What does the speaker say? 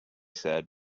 said